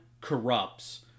corrupts